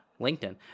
linkedin